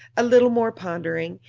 a little more pondering,